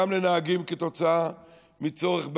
גם נהגים, כתוצאה מצורך בהשלמות,